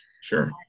Sure